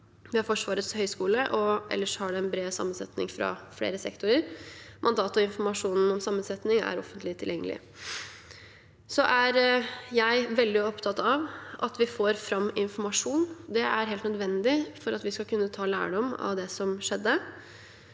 ved Forsvarets høgskole, og ellers har det en bred sammensetning fra flere sektorer. Mandatet og informasjon om sammensetningen er offentlig tilgjengelig. Jeg er veldig opptatt av at vi får fram informasjon. Det er helt nødvendig for at vi skal kunne ta lærdom av det som skjedde.